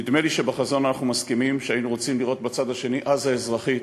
נדמה לי שבחזון אנחנו מסכימים שהיינו רוצים לראות בצד השני עזה אזרחית,